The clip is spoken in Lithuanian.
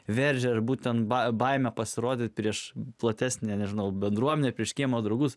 veržiasi būtent baimė pasirodyti prieš platesnę nežinau bendruomenė prieš kiemo draugus